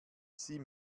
sie